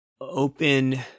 open